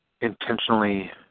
intentionally